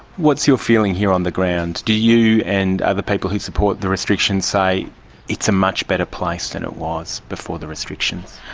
your feeling here on the ground? do you and other people who support the restrictions say it's a much better place than it was before the restrictions?